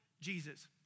Jesus